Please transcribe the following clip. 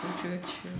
you future